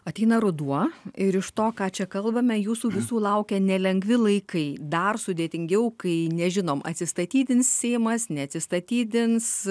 ateina ruduo ir iš to ką čia kalbame jūsų visų laukia nelengvi laikai dar sudėtingiau kai nežinom atsistatydins seimas neatsistatydins